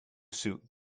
suit